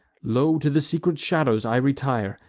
lo! to the secret shadows i retire,